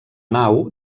nau